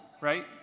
right